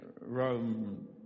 Rome